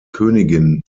königin